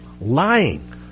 lying